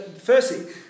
Firstly